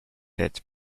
head